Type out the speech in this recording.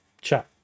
ciao